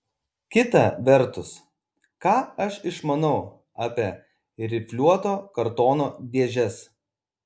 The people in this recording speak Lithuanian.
kita vertus ką aš išmanau apie rifliuoto kartono dėžes